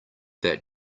that